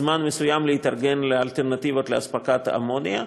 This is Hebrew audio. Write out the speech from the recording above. זמן מסוים להתארגן לאלטרנטיבות לאספקת אמוניה,